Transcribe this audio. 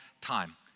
time